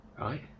right